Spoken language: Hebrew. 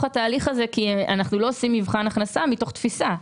התהליך הזה כי אנחנו לא עושים מבחן הכנסה מתוך תפיסה.